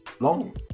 long